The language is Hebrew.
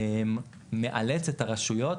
מאלץ את הרשויות,